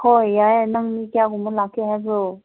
ꯍꯣꯏ ꯌꯥꯏꯌꯦ ꯅꯪ ꯃꯤ ꯀꯌꯥꯒꯨꯝꯕ ꯂꯥꯛꯀꯦ ꯍꯥꯏꯕ꯭ꯔꯣ